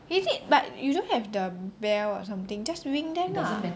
is it but you don't have the bell or something just ring them lah